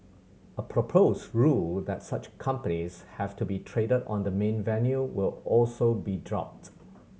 a proposed rule that such companies have to be traded on the main venue will also be dropped